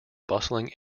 bustling